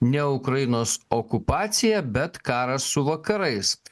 ne ukrainos okupacija bet karas su vakarais